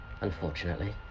unfortunately